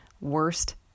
Worst